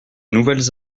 nouvelles